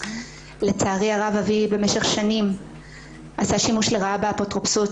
לצערי הרב אבי במשך שנים עשה שימוש לרעה באפוטרופסות